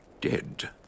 dead